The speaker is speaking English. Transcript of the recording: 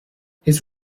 his